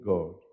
God